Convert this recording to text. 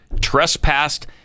trespassed